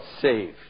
saved